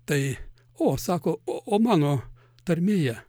tai o sako o o mano tarmėje